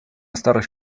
starość